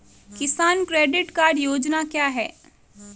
किसान credit card योजना क्या है?